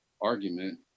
argument